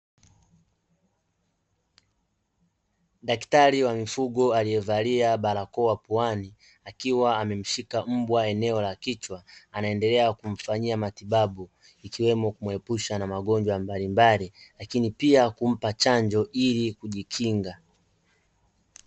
Daktari wa mifugo aliyevalia barakoa puani, akiwa amemshika mbwa eneo la kichwa, anaendelea kumfanyia matibabu ikiwemo kumuepusha na magonjwa mbalimbali, lakini pia kumpa chanjo ili kujikinga